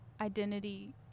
identity